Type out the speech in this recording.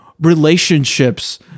relationships